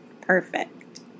perfect